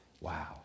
wow